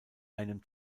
einem